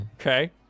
Okay